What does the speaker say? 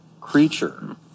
creature